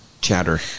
chatter